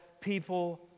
people